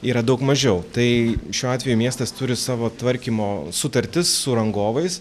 yra daug mažiau tai šiuo atveju miestas turi savo tvarkymo sutartis su rangovais